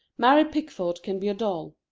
mary pickford can be a doll,